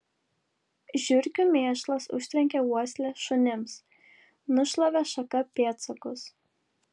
žiurkių mėšlas užtrenkė uoslę šunims nušlavė šaka pėdsakus